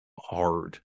hard